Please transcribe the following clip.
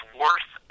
worth